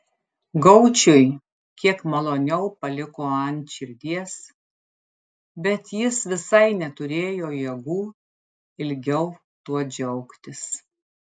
gaučiui kiek maloniau paliko ant širdies bet jis visai neturėjo jėgų ilgiau tuo džiaugtis